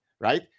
right